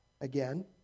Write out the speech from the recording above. again